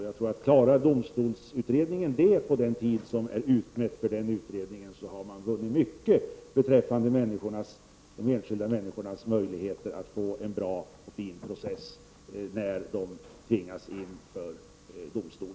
Klarar domstolsutredningen detta inom den tid som är utmätt för utredningen har man vunnit mycket beträffande de enskilda människornas möjligheter att få en bra och fin process när de tvingas inför domstol.